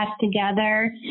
together